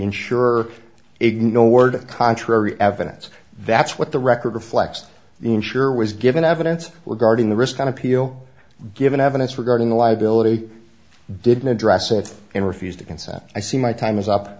insurer ignored contrary evidence that's what the record reflects the insurer was given evidence were guarding the risk and appeal given evidence regarding the liability didn't address it and refused to conception i see my time is up